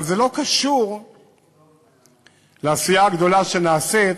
אבל זה לא קשור לעשייה הגדולה שנעשית